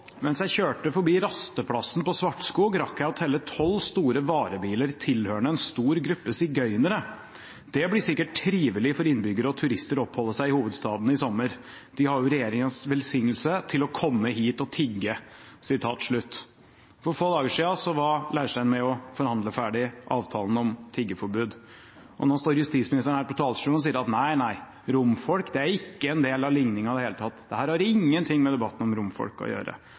Mens jeg kjørte forbi rasteplassen på Svartskog rakk jeg og telle 12 store varebiler tilhørende en stor gruppe sigøynere. Det blir sikkert trivelig for innbyggere og turister å oppholde seg i hovedstaden i sommer … De har jo regjeringens velsignelse til å komme hit og tigge.» For få dager siden var Leirstein med og forhandlet ferdig avtalen om tiggeforbud, og nå står justisministeren her på talerstolen og sier at nei, nei, romfolk er ikke en del av ligningen i det hele tatt – dette har ingenting med debatten om romfolk å gjøre,